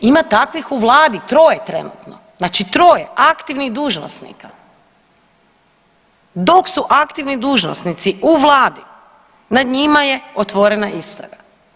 Ima takvih u vladi troje trenutno, znači troje aktivnih dužnosnika, dok su aktivni dužnosnici u vladi nad njima je otvorena istraga.